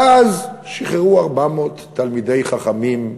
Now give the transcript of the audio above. ואז שחררו 400 תלמידי חכמים,